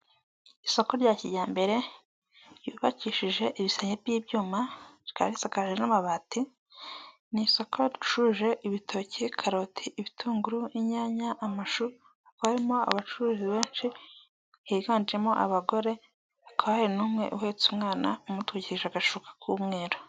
Isoko rya kijyambere ryubakishije ibisenge by'ibyuma rikaba risakajwe n'amabati ni isoko ricuruje ibitoki, karoti, ibitunguru, inyanya, amashu harimo abacuruzi benshi higanjemo abagore hakaba hari n'umwe uhetse umwana umutwikije agashuka k'umweru.